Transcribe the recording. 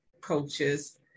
coaches